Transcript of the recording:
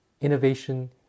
innovation